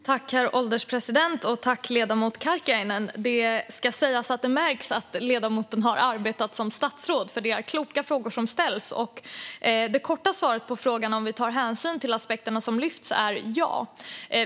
Herr ålderspresident! Det märks att ledamoten Karkiainen har arbetat som statsråd, för det är kloka frågor som ställs. Det korta svaret på frågan om vi tar hänsyn till aspekterna som lyfts är ja.